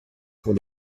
pour